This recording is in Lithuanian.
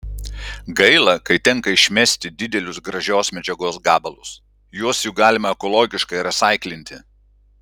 gaila kai tenka išmesti didelius gražios medžiagos gabalus juos juk galima ekologiškai resaiklinti